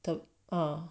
the uh